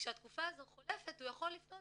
כשהתקופה הזאת חולפת הוא יכול לפנות